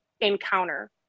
encounter